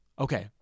Okay